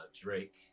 Drake